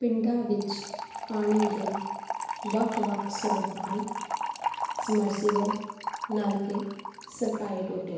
ਪਿੰਡਾਂ ਵਿੱਚ ਪਾਣੀ ਦੇ ਵੱਖ ਵੱਖ ਸਰੋਤ ਹਨ ਸਬਮਰਸੀਬਲ ਨਲਕੇ ਸਰਕਾਰੀ ਟੂਟੀਆਂ